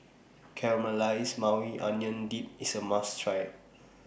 Caramelized Maui Onion Dip IS A must Try